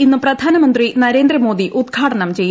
ഇന്ന് പ്രധാനമന്ത്രി നരേന്ദ്രമോദി ഉദ്ഘാടനം ചെയ്യും